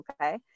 okay